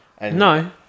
no